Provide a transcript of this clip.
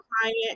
client